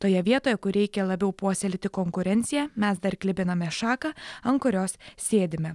toje vietoje kur reikia labiau puoselėti konkurenciją mes dar klibiname šaką ant kurios sėdime